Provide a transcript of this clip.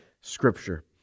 scripture